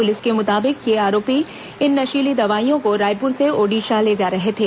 police के मुताबिक ये आरोपी इन नशीली दवाइयों को रायपुर से ओडिशा ले जा रहे थे